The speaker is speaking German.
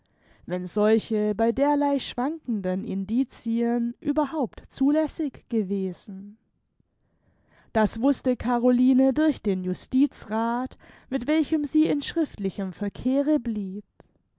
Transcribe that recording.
wenn solche bei derlei schwankenden indicien überhaupt zulässig gewesen das wußte caroline durch den justizrath mit welchem sie in schriftlichem verkehre blieb